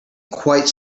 quite